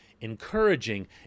encouraging